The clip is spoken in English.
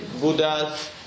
Buddhas